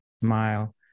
smile